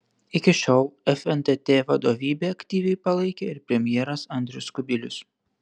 iki šiol fntt vadovybę aktyviai palaikė ir premjeras andrius kubilius